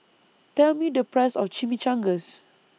Tell Me The Price of Chimichangas